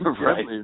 Right